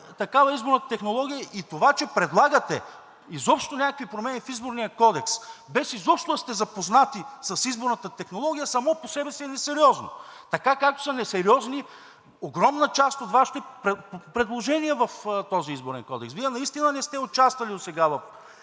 Такава е изборната технология. Това, че предлагате изобщо някакви промени в Изборния кодекс, без изобщо да сте запознати с изборната технология, само по себе си е несериозно, така, както са несериозни огромна част от Вашите предложения в този изборен кодекс. Вие наистина не сте участвали досега в